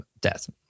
death